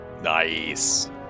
Nice